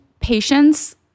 patience